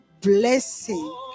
blessing